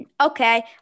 Okay